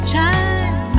time